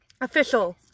Official